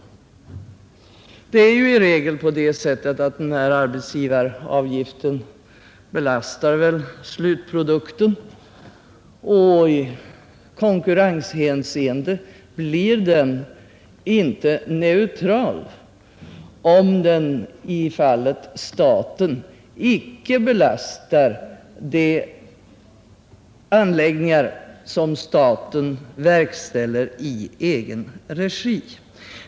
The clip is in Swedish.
Det är ju i regel på det sättet att arbetsgivaravgiften belastar slutprodukten, och i konkurrenshänseende blir den inte neutral, om den i fallet staten icke belastar de anläggningsarbeten som staten utför i egen regi.